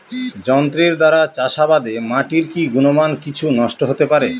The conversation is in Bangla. যন্ত্রের দ্বারা চাষাবাদে মাটির কি গুণমান কিছু নষ্ট হতে পারে?